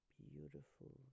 beautiful